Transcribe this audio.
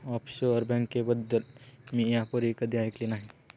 offshore बँकेबद्दल मी यापूर्वी कधीही ऐकले नाही